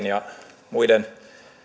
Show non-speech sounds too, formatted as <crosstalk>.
<unintelligible> ja muiden